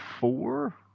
Four